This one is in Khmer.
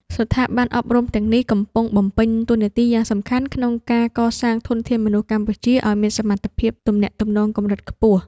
ស្ថាប័នអប់រំទាំងនេះកំពុងបំពេញតួនាទីយ៉ាងសំខាន់ក្នុងការកសាងធនធានមនុស្សកម្ពុជាឱ្យមានសមត្ថភាពទំនាក់ទំនងកម្រិតខ្ពស់។